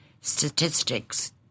statistics